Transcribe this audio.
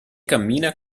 cammina